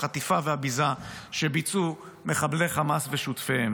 החטיפה והביזה שביצעו מחבלי חמאס ושותפיהם